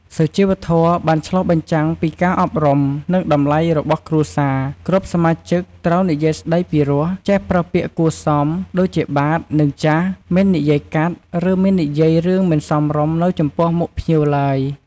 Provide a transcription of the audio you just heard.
សុជីវធម៌បានឆ្លុះបញ្ចាំងពីការអប់រំ និងតម្លៃរបស់គ្រួសារ គ្រប់សមាជិកត្រូវនិយាយស្ដីពីរោះ ចេះប្រើពាក្យគួរសម ដូចជាបាទ នឹង ចាស មិននិយាយកាត់ ឬមិននិយាយរឿងមិនសមរម្យនៅចំពោះមុខភ្ញៀវឡើយ។